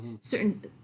certain